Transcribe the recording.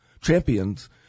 Champions